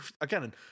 again